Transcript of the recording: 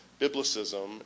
biblicism